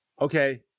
Okay